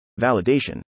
validation